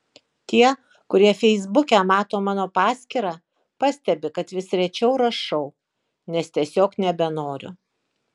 tie kurie feisbuke mato mano paskyrą pastebi kad vis rečiau rašau nes tiesiog nebenoriu